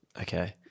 Okay